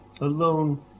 alone